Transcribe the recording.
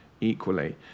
equally